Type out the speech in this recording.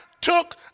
took